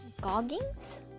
Goggins